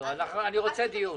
לא, אני רוצה דיון.